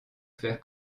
faire